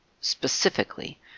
specifically